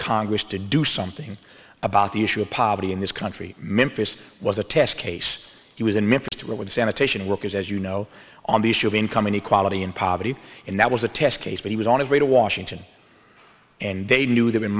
congress to do something about the issue of poverty in this country memphis was a test case he was a mixed with sanitation workers as you know on the issue of income inequality and poverty and that was a test case but he was on his way to washington and they knew th